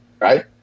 Right